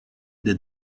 the